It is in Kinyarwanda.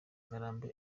ngarambe